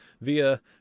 via